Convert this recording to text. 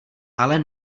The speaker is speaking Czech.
ale